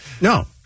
No